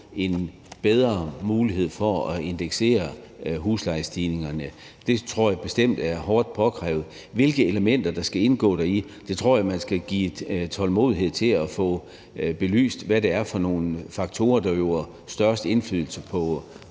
en bedre mulighed for at indeksere huslejestigningerne. Det tror jeg bestemt er hårdt påkrævet. Hvilke elementer der skal indgå deri, og hvad det er for nogle faktorer, der øver størst indflydelse på